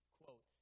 quote